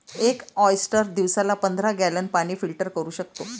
एक ऑयस्टर दिवसाला पंधरा गॅलन पाणी फिल्टर करू शकतो